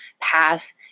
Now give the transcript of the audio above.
pass